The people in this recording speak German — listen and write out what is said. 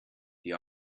die